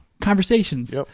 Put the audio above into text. conversations